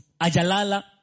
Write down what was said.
ajalala